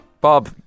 Bob